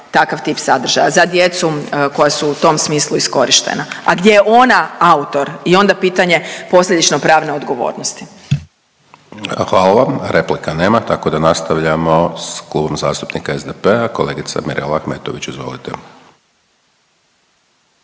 takav tip sadržaja za djecu koja su u tom smislu iskorištena, a gdje je ona autor i onda pitanje posljedično pravne odgovornosti. **Hajdaš Dončić, Siniša (SDP)** Hvala vam. Replika nema tako da nastavljamo s Klubom zastupnika SDP-a kolegica Mirela Ahmetović. Izvolite.